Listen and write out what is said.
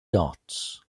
dots